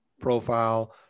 profile